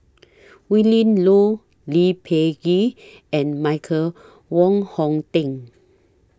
Willin Low Lee Peh Gee and Michael Wong Hong Teng